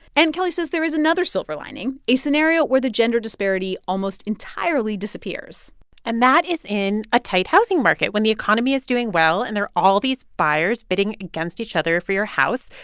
and kelly says there is another silver lining a scenario where the gender disparity almost entirely disappears and that is in a tight housing market, when the economy is doing well and there are all these buyers bidding against each other for your house.